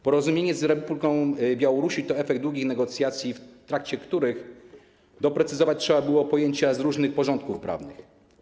Porozumienie z Republiką Białorusi to efekt długich negocjacji, w trakcie których doprecyzować trzeba było pojęcia z różnych porządków prawnych.